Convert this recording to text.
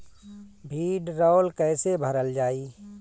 भीडरौल कैसे भरल जाइ?